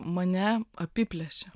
mane apiplėšė